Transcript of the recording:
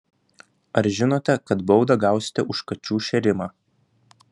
ar žinote kad baudą gausite už kačių šėrimą